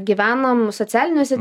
gyvenam socialiniuose